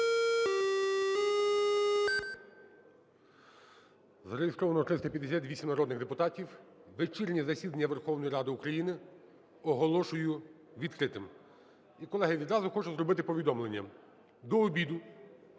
Зареєстровано 358 народних депутатів. Вечірнє засідання Верховної Ради України оголошую відкритим. І, колеги, відразу хочу зробити повідомлення. До обіду